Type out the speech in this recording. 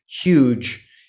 huge